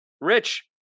Rich